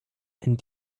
and